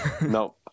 no